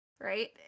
Right